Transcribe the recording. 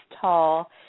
tall